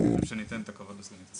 אני חושב שאני אתן את הכבוד לסגנית.